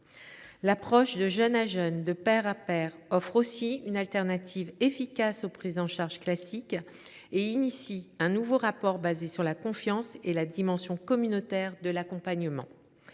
L’approche de jeune à jeune, de pair à pair, offre aussi une solution de remplacement efficace aux prises en charge classiques. Elle crée un nouveau rapport fondé sur la confiance et la dimension communautaire de l’accompagnement.